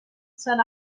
said